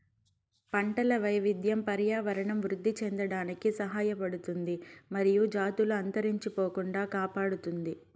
పంటల వైవిధ్యం పర్యావరణం వృద్ధి చెందడానికి సహాయపడుతుంది మరియు జాతులు అంతరించిపోకుండా కాపాడుతుంది